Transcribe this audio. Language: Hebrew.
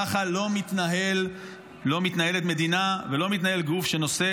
ככה לא מתנהלת מדינה ולא מתנהל גוף שנושא